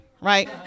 right